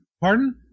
Pardon